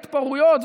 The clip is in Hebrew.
להתפרעויות,